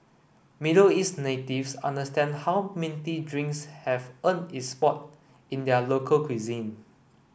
Middle East natives understand how minty drinks have earned its spot in their local cuisine